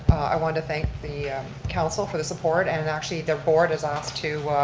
i want to thank the council for the support, and actually their board has asked to